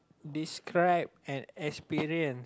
describe an experience